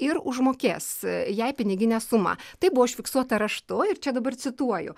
ir užmokės jai piniginę sumą tai buvo užfiksuota raštu ir čia dabar cituoju